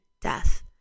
death